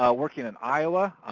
ah working in iowa,